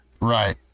Right